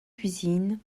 cuisine